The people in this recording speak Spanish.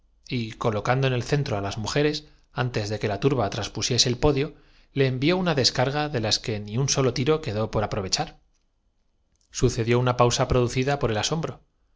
y colocando en el centro á las mujeres antes de que la turba transpusiese el podio le envió una descarga de la que ni un solo tiro quedó por apro vechar sucedió una pausa producida por el asombro